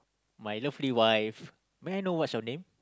my lovely wife may I know what's your name